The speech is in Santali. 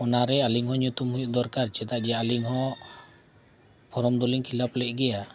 ᱚᱱᱟᱨᱮ ᱟᱞᱤᱧ ᱦᱚᱸ ᱧᱩᱛᱩᱢ ᱦᱩᱭᱩᱜ ᱫᱚᱨᱠᱟᱨ ᱪᱮᱫᱟᱜ ᱡᱮ ᱟᱹᱞᱤᱧ ᱦᱚᱸ ᱫᱚᱞᱤᱧ ᱞᱮᱫ ᱜᱮᱭᱟ